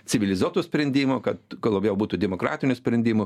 civilizuotų sprendimų kad kuo labiau būtų demokratinių sprendimų